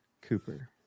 Cooper